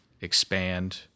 expand